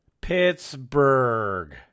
Pittsburgh